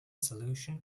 solution